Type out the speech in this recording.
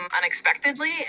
unexpectedly